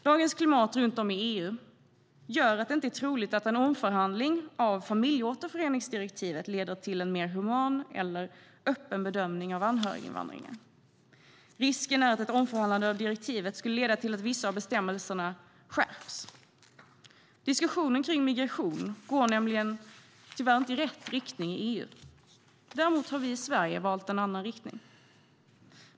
Dagens klimat runt om i EU gör att det inte är troligt att en omförhandling av familjeåterföreningsdirektivet leder till en mer human eller öppen bedömning av anhöriginvandringen. Risken är att ett omförhandlande av direktivet skulle leda till att vissa av bestämmelserna skärps. Diskussionen om migration går tyvärr inte i rätt riktning i EU. Däremot har vi i Sverige valt en annan riktning.